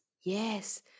yes